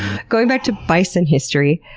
going back to bison history,